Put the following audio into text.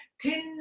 thin